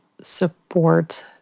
support